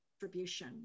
distribution